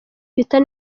peter